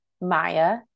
Maya